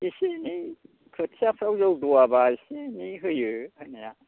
एसे एनै खोथियाफ्राव जौद'आबा एसे एनै होयो होनाया